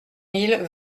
mille